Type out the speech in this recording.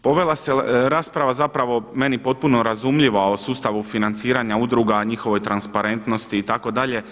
Povela se rasprava zapravo meni potpuno razumljiva o sustavu financiranja udruga, o njihovoj transparentnosti itd.